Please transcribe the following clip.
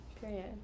Period